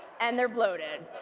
and they're bloated.